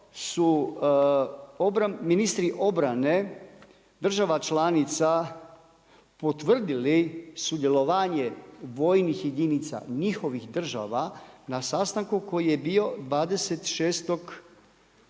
su ministri obrane država članica potvrdili sudjelovanje vojnih jedinica njihovih država na sastanku koji je bio 26.